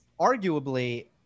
arguably